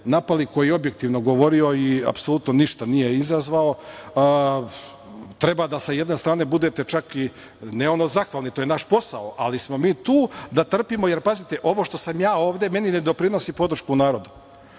napali koji je objektivno govorio i apsolutno ništa nije izazvao. Treba da sa jedne strane budete čak, ne zahvalni, to je naš posao, ali smo mi tu da trpimo. Pazite, ovo što sam ja ovde, meni ne doprinosi podršku u narodu,